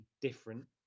different